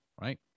right